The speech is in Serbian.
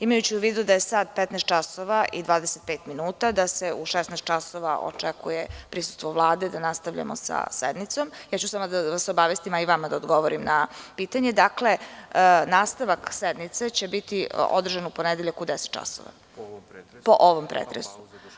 Imajući u vidu da je sada 15,25 časova, da se u 16,00 časova očekuje prisustvo Vlade, da nastavljamo sa sednicom, ja ću samo da vas obavestim, a i vama da odgovorim na pitanje, da će nastavak sednice biti održan u ponedeljak u 10,00 časova po ovom pretresu.